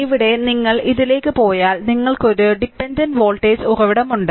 ഇവിടെ നിങ്ങൾ ഇതിലേക്ക് പോയാൽ നിങ്ങൾക്ക് ഒരു ഡിപെൻഡന്റ് വോൾട്ടേജ് ഉറവിടമുണ്ട്